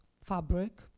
fabric